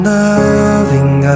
loving